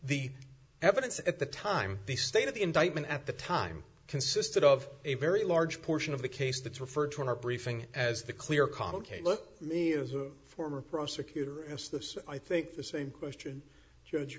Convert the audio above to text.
the evidence at the time the state of the indictment at the time consisted of a very large portion of the case that's referred to in our briefing as the clear conduct a look at me as a former prosecutor as this i think the same question judge